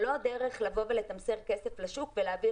זאת לא הדרך לבוא ולתמסר כסף לשוק ולהעביר